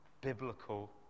biblical